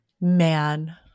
Man